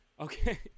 okay